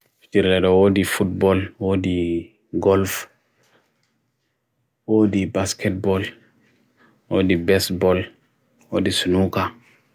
fifu thirrile role wo de futbol wo de golf wo de basketbol wo de baseball wo de sunoka